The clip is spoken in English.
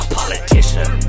politician